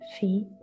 feet